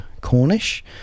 Cornish